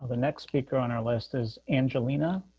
the next speaker on our list is angelina